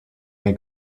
may